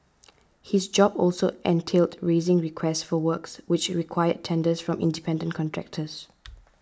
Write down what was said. his job also entailed raising requests for works which required tenders from independent contractors